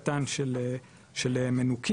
טכנולוגיה ייחודית וחקלאות עונתית,